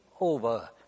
over